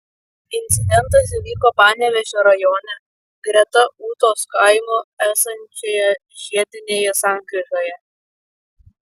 incidentas įvyko panevėžio rajone greta ūtos kaimo esančioje žiedinėje sankryžoje